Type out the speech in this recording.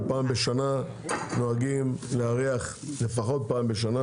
ופעם בשנה לפחות פעם בשנה